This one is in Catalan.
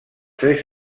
tres